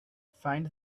find